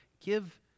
Give